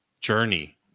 journey